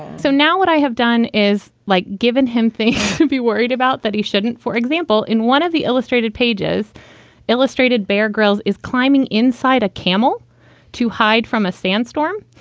so now what i have done is like given him things to be worried about that he shouldn't. for example, in one of the illustrated pages illustrated, bear grylls is climbing inside a camel to hide from a sandstorm.